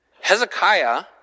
Hezekiah